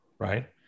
Right